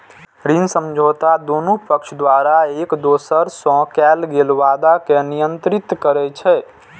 ऋण समझौता दुनू पक्ष द्वारा एक दोसरा सं कैल गेल वादा कें नियंत्रित करै छै